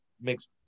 makes